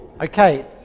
Okay